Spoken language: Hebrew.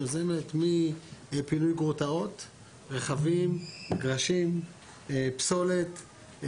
היא יוזמת מפינוי גרוטאות, רכבים, פסולת,